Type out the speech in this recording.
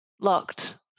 Locked